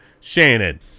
Shannon